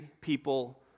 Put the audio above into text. people